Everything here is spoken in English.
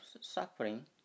suffering